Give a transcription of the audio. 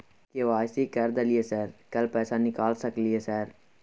KYC कर दलियै sir कल पैसा निकाल सकलियै सर?